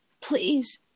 please